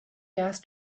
asked